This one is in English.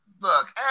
Look